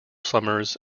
summers